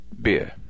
beer